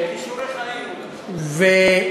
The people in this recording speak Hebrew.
לכישורי חיים אולי.